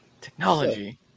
Technology